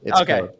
Okay